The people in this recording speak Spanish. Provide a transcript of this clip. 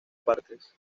partes